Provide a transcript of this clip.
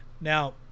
Now